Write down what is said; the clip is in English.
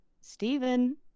Stephen